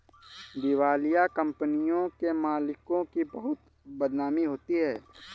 दिवालिया कंपनियों के मालिकों की बहुत बदनामी होती है